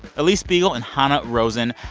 alix spiegel and hanna rosin.